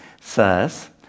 says